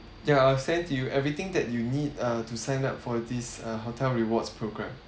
ya I'll send to you everything that you need uh to sign up for this uh hotel rewards program